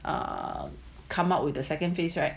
err come up with the second phase right